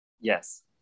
Yes